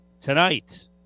Tonight